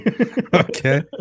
okay